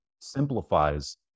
simplifies